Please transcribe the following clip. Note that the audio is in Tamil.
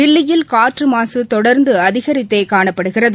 தில்லியில் காற்று மாசு தொடர்ந்து அதிகரித்தே காணப்படுகிறது